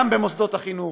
שגם במוסדות החינוך,